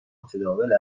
متداول